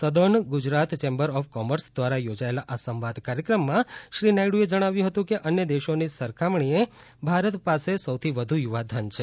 southern Gujarat chamber of commerce દ્વારા યોજાયેલા આ સંવાદ કાર્યક્રમમાં શ્રી નાયડુએ જણાવ્યું હતું કે અન્ય દેશોની સરખામણીમાં ભારત પાસે સૌથી વધુ યુવાધન છે